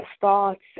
thoughts